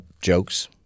jokes